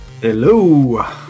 Hello